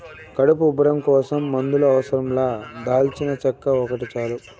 కడుపు ఉబ్బరం కోసం మందుల అవసరం లా దాల్చినచెక్క ఒకటి చాలు